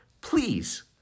please